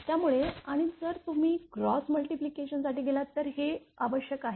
त्यामुळे आणि जर तुम्ही क्रॉस मल्टिप्लायेशन साठी गेलात तर हे आवश्यक आहे